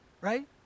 right